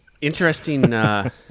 Interesting